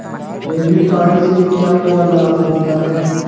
Credit card से क्या क्या लाभ होता है?